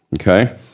Okay